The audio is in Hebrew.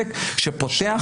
כעסק שפותח.